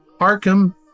Arkham